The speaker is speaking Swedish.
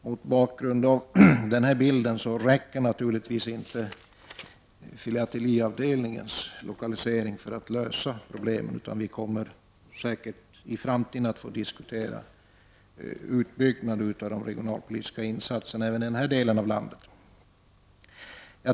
Mot bakgrund av den bilden räcker naturligtvis inte filateliavdelningens lokalisering för att lösa problemen, utan vi kommer säkert i framtiden att få diskutera utbyggnad av de regionalpolitiska insatserna även i denna del av landet.